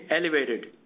elevated